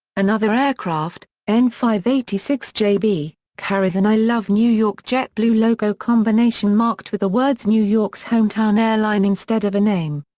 another aircraft, n five eight six j b, carries an i love new york jetblue logo combination marked with the words new york's hometown airline instead of a name.